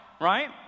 right